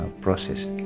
process